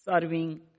serving